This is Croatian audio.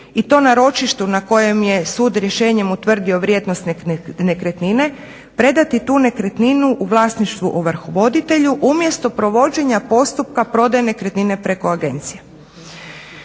i to na ročištu na kojem je sud rješenjem utvrdio vrijednost nekretnine predati tu nekretninu u vlasništvo ovrhovoditelju umjesto provođenja postupka prodaje nekretnine preko agencije.